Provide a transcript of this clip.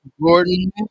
Gordon